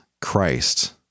Christ